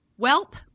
Welp